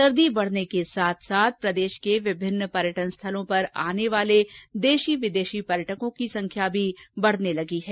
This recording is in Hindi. सर्दी बढ़ने के साथ साथ प्रदेश के विभिन्न पर्यटनस्थलों पर आने वाले देशी विदेशी पर्यटकों की संख्या भी बढ़ने लगी है